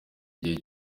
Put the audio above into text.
igihe